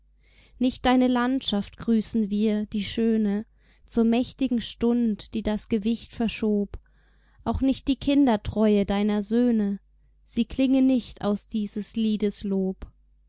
nicht deine landschaft grüßen wir die schöne zur mächtigen stund die das gewicht verschob auch nicht die kindertreue deiner söhne sie klinge nicht aus dieses liedes lob